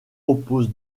oppose